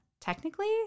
technically